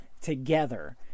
together